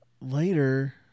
Later